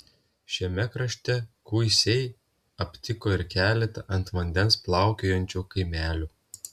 šiame krašte kuisiai aptiko ir keletą ant vandens plaukiojančių kaimelių